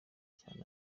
cyane